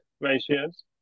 ratios